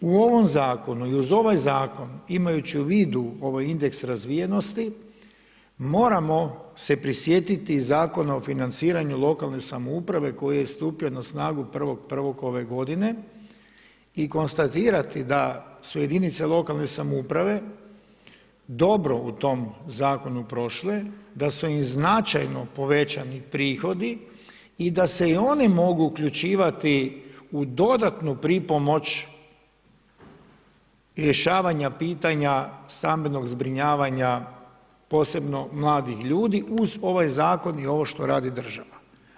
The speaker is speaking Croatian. U ovom zakonu i uz ovaj zakon imajući u vidu ovaj indeks razvijenosti, moramo se prisjetiti Zakona o financiranju lokalne samouprave koji je stupio na snagu 1.1. ove godine i konstatirati da su jedinice lokalne samouprave dobro u tom Zakonu prošle, da su im značajno povećani prihodi i da se i oni mogu uključivati u dodatnu pripomoć rješavanja pitanja stambenog zbrinjavanja posebno mladih ljudi uz ovaj Zakon i ovo što radi država.